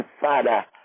Father